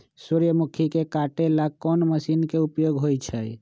सूर्यमुखी के काटे ला कोंन मशीन के उपयोग होई छइ?